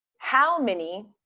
how many,